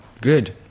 Good